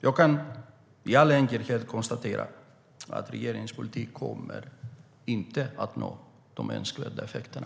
Jag kan i all enkelhet konstatera att regeringens politik inte kommer att ge de önskvärda effekterna.